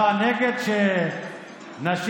אתה נגד זה שנשים,